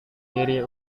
diri